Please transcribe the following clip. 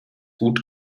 gut